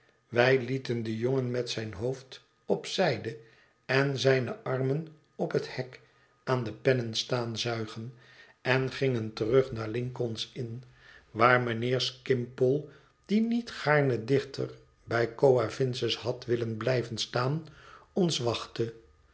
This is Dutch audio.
wij lieten den jongen met zijn hoofd op zijde en zijne armen op het hek aan de pennen staan zuigen en gingen terug naar lincoln's inn waar mijnheer skimpole die niet gaarne dichter bij coavinses had willen blijven staan ons wachtte